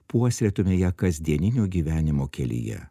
puoselėtume ją kasdieninio gyvenimo kelyje